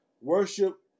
worship